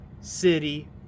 City